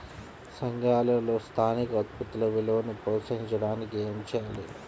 సంఘాలలో స్థానిక ఉత్పత్తుల విలువను ప్రోత్సహించడానికి ఏమి చేయాలి?